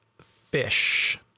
fish